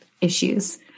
issues